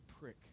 prick